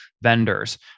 vendors